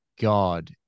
god